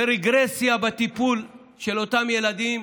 ורגרסיה בטיפול של אותם ילדים,